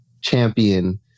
champion